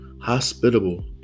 hospitable